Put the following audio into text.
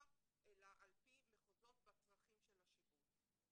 אלא על פי מחוזות והצרכים של השיבוץ.